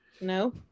No